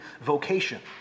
vocation